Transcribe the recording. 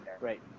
Right